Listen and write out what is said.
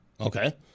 Okay